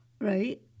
right